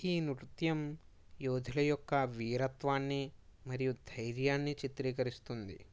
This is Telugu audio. ఈ నృత్యం యోధుల యొక్క వీరత్వాన్ని మరియు ధైర్యాన్ని చిత్రీకరిస్తుంది